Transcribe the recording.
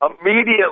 immediately